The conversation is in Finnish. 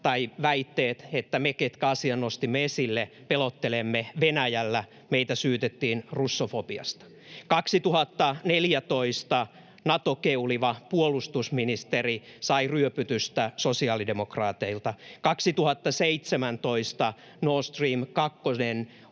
ja väitteet, että me, ketkä asian nostimme esille, pelottelemme Venäjällä — meitä syytettiin russofobiasta. Vuonna 2014 Nato-keuliva puolustusministeri sai ryöpytystä sosiaalidemokraateilta. Vuonna 2017 Nord Stream